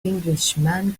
englishman